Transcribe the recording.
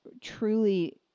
truly